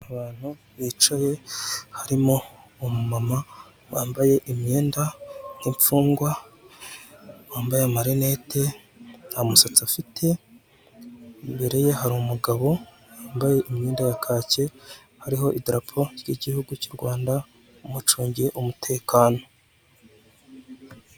Abantu bicaye, harimo umumama wambaye imyenda y'imfungwa, wambaye amarinete, nta musatsi afite, imbere ye hari umugabo wambaye imyenda ya kake, hariho idarapo ry'igihugu cy'u Rwanda, umucungiye umutekano.